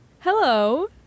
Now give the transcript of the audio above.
Hello